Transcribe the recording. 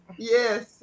yes